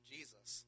Jesus